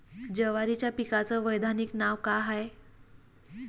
जवारीच्या पिकाचं वैधानिक नाव का हाये?